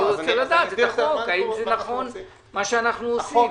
לדעת, האם נכון מה שאנו עושים.